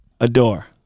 Adore